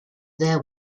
their